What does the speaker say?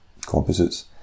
composites